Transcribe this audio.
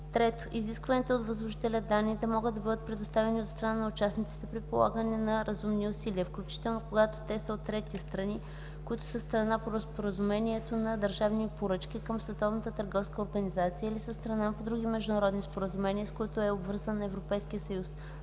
3. изискваните от възложителя данни да могат да бъдат предоставени от страна на участниците при полагане на разумни усилия, включително когато те са от трети страни, които са страна по Споразумението за държавни поръчки (СДП) към Световната търговска организация или са страна по други международни споразумения, с които е обвързан Европейският съюз.